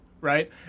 right